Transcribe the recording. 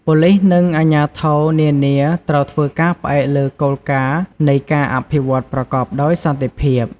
ប៉ូលីសនិងអាជ្ញាធរនានាត្រូវធ្វើការផ្អែកលើគោលការណ៍នៃការអភិវឌ្ឍប្រកបដោយសន្តិភាព។